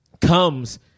comes